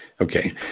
Okay